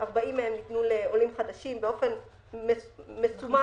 40 מהם ניתנו לעולים חדשים באופן מסומן מראש.